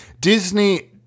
Disney